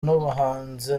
n’ubuhanzi